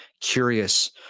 curious